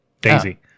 Daisy